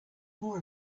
more